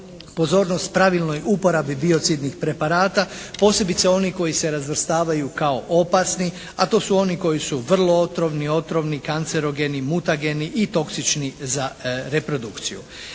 pozornost pravilnoj uporabi biocidnih preparata posebice onih koji se razvrstavaju kao opasni a to su oni koji su vrlo otrovni, otrovni, kancerogeni, mutageni i toksični za reprodukciju.